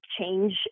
change